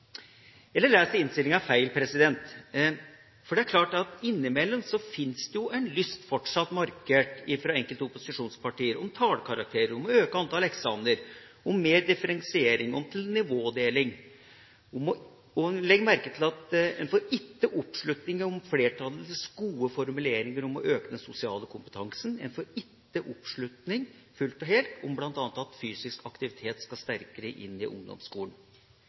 Eller leser jeg innstillinga feil? For innimellom fins det en lyst – fortsatt markert – fra enkelte opposisjonspartier til å innføre tallkarakterer, til å øke antall eksamener, til mer differensiering og til nivådeling. Legg merke til at en ikke slutter seg til flertallets gode formuleringer om å øke den sosiale kompetansen, og en slutter seg heller ikke fullt og helt til bl.a. at fysisk aktivitet skal sterkere inn i ungdomsskolen.